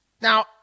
Now